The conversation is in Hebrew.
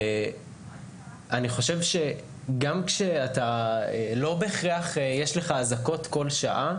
אני חושב שגם כשלא בהכרח יש לך אזעקות כל שעה,